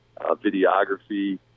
videography